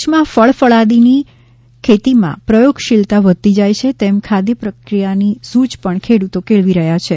કચ્છમાં ફળફળાદીની ખેતીમાં પ્રયોગશીલતા વધતી જાય છે તેમ ખાદ્ય પ્રક્રિયાની સૂઝ પણ ખેડૂતો કેળવી રહ્યા છે